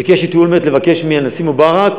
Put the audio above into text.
ביקש ממני אולמרט לבקש מהנשיא לשעבר מובארק